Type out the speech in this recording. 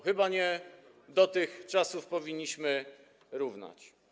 Chyba nie do tych czasów powinniśmy równać.